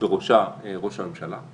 שעומד בראשה ראש הממשלה,